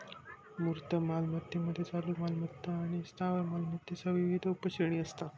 मूर्त मालमत्तेमध्ये चालू मालमत्ता आणि स्थावर मालमत्तेसह विविध उपश्रेणी असतात